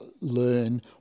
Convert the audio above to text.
learn